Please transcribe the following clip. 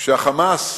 כשה"חמאס"